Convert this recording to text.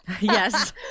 yes